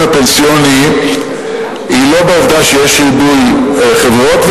הפנסיוני היא לא בעובדה שיש ריבוי חברות,